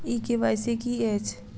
ई KYC की अछि?